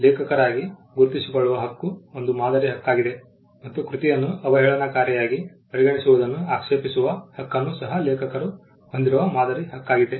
ಲೇಖಕರಾಗಿ ಗುರುತಿಸಿಕೊಳ್ಳುವ ಹಕ್ಕು ಒಂದು ಮಾದರಿ ಹಕ್ಕಾಗಿದೆ ಮತ್ತು ಕೃತಿಯನ್ನು ಅವಹೇಳನಕಾರಿಯಾಗಿ ಪರಿಗಣಿಸುವುದನ್ನು ಆಕ್ಷೇಪಿಸುವ ಹಕ್ಕನ್ನು ಸಹ ಲೇಖಕರು ಹೊಂದಿರುವ ಮಾದರಿ ಹಕ್ಕಾಗಿದೆ